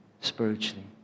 Spiritually